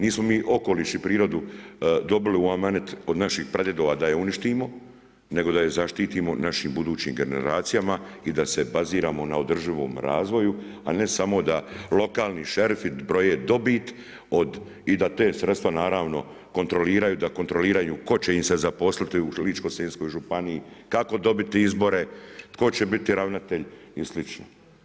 Nismo mi okoliš i prirodu dobili u amanet od naših pradjedova da je uništimo, nego da je zaštitimo našim budućim generacijama i da se baziramo na održivom razvoju, a ne samo da lokalni šerifi broje dobit i da ta sredstva naravno kontroliraju, da kontrolira tko će im se zaposliti u Ličko-senjskoj županiji, kako dobiti izbore, tko će biti ravnatelj i slično.